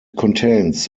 contains